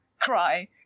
cry